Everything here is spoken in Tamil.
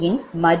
5 0